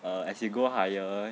err you go higher